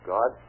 God